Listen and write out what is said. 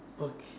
okay